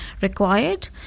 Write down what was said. required